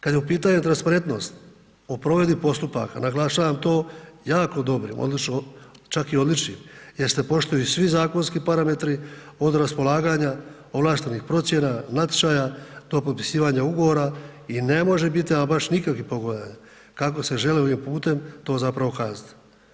Kad je u pitanju transparentnost o provedbi postupaka, naglašavam to jako dobrim odnosno čak i odličnim jer se poštuju svi zakonski parametri od raspolaganja ovlaštenih procjena, natječaja do potpisivanja ugovora i ne može biti ama baš nikakvih pogodovanja kako se želi ovim putem to zapravo ukazati.